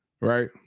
Right